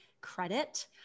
credit